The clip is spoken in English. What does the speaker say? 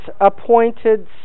appointed